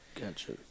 Gotcha